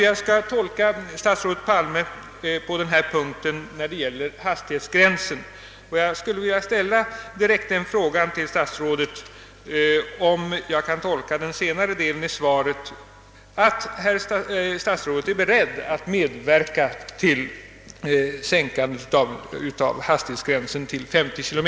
Jag vet inte, hur statsrådet Palmes svar skall tolkas när det gäller hastighetsgränsen, och jag skulle därför direkt vilja fråga honom, om den senare delen av svaret innebär att han är beredd medverka till en sänkning av hastighetsgränsen till 50 km.